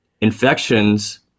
infections